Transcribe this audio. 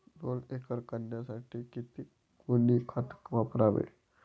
दोन एकर कांद्यासाठी किती गोणी खत वापरावे?